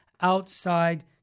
outside